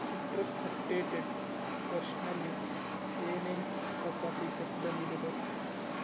citrus updated ವರ್ಷನಲ್ಲಿ ಏನೇನು ಹೊಸ ಫೀಚರ್ಸ್ ಬಂದಿದೆ ತೋರಿಸು